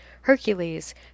Hercules